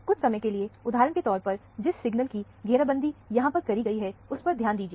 कुछ समय के लिए उदाहरण के तौर पर जिस सिग्नल की घेराबंदी यहां पर करी गई है उस पर ध्यान दीजिए